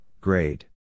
grade